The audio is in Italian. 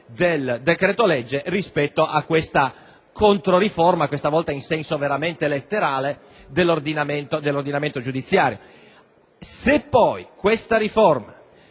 del decreto-legge rispetto a questa controriforma, questa volta in senso veramente letterale dell'ordinamento giudiziario. Se poi la maggioranza